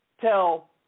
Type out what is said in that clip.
tell